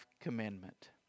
commandment